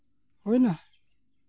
ᱦᱩᱭᱮᱱᱟ